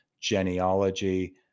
genealogy